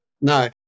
No